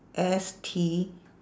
S T